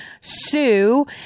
sue